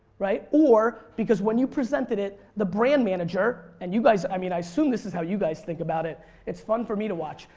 right? or because when you presented it, the brand manager and you guys i mean i assume this is how you guys think about it it's fun for me to watch.